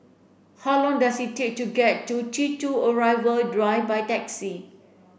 how long does it take to get to T two Arrival Drive by taxi